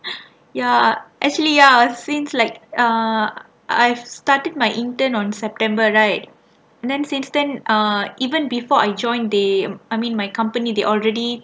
ya actually ya since like uh I've started my intent on september right then since then uh even before I joined they I mean my company they already